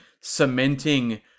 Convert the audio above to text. cementing